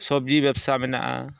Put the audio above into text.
ᱥᱚᱵᱽᱡᱤ ᱵᱮᱵᱥᱟ ᱢᱮᱱᱟᱜᱼᱟ